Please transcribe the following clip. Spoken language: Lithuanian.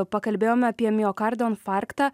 pakalbėjome apie miokardo infarktą